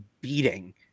beating